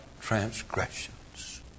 transgressions